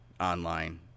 Online